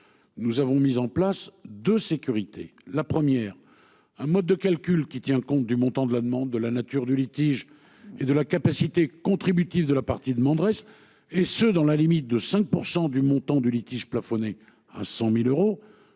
Nous avons mis en place de sécurité. La première, un mode de calcul qui tient compte du montant de la demande de la nature du litige et de la capacité contributive de la partie demanderesse, et ce dans la limite de 5% du montant du litige plafonnés à 100.000 euros